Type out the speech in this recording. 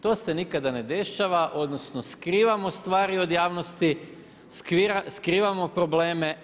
To se nikada ne dešava, odnosno skrivamo stvari od javnosti, skrivamo probleme.